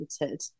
limited